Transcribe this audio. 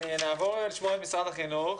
נעבור לשמוע את משרד החינוך,